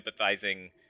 empathizing